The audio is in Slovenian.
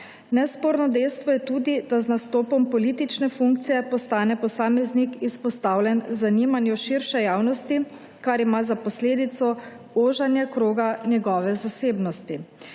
Nesporno dejstvo je tudi, da z nastopom politične funkcije postane posameznik izpostavljen zanimanju širše javnosti, kar ima za posledico oženje kroga njegove zasebnosti.